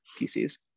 PCs